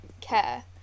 care